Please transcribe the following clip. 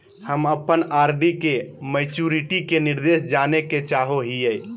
हम अप्पन आर.डी के मैचुरीटी के निर्देश जाने के चाहो हिअइ